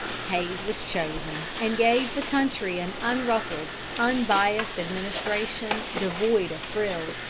hayes was chosen, and gave the country an unruffled, unbiased administration, devoid of frills,